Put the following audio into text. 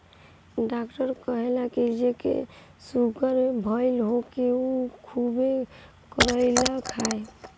doctor कहेला की जेके सुगर भईल होखे उ खुबे करइली खाए